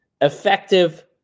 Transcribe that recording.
Effective